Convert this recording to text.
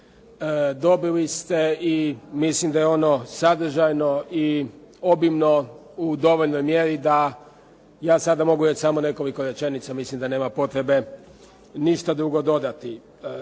dobili ste i mislim da je ono sadržajno i obimno u dovoljnoj mjeri da ja sada mogu reći samo nekoliko rečenica, mislim da nema potrebe ništa drugo dodati.